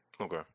Okay